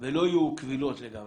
יהיו כבילות לגמרי.